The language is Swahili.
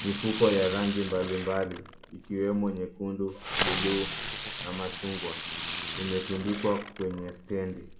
,mifuko ya rangi mbalimbali ikiwemo nyekundu ,buluu na machungwa imetundikwa kwenye stendi.